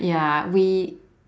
ya we